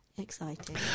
exciting